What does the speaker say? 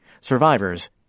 Survivors